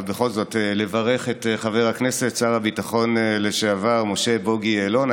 אבל בכל זאת לברך את חבר הכנסת ושר הביטחון לשעבר משה בוגי יעלון.